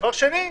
ודבר שני,